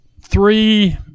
three